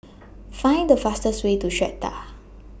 Find The fastest Way to Strata